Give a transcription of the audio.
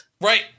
Right